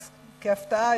כהפתעה,